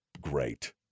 great